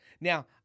Now